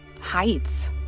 heights